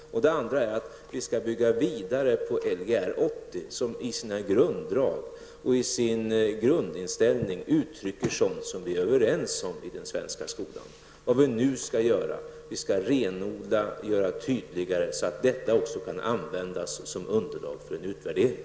Det andra är att vi skall bygga vidare på Lgr 80, som i sina grunddrag och i sin grundinställning uttrycker sådant som vi är överens om i den svenska skolan. Vad vi nu skall göra är att renodla och göra tydligare så att detta också kan användas som underlag för en utvärdering.